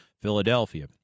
Philadelphia